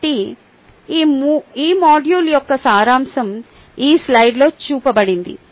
కాబట్టి ఈ మాడ్యూల్ యొక్క సారాంశం ఈ స్లయిడ్లో చూపబడింది